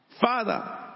Father